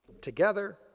together